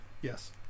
Yes